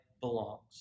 belongs